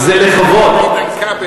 ומה תעשה,